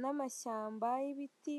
n'amashyamba y'ibiti.